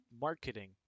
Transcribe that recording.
marketing